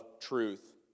truth